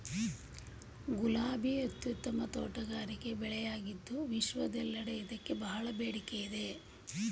ಗುಲಾಬಿ ಅತ್ಯುತ್ತಮ ತೋಟಗಾರಿಕೆ ಬೆಳೆಯಾಗಿದ್ದು ವಿಶ್ವದೆಲ್ಲೆಡೆ ಇದಕ್ಕೆ ಬಹಳ ಬೇಡಿಕೆ ಇದೆ